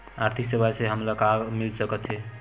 आर्थिक सेवाएं से हमन ला का मिल सकत हे?